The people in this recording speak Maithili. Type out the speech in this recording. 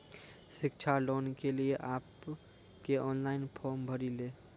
शिक्षा लोन के लिए आप के ऑनलाइन फॉर्म भरी ले?